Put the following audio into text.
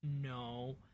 no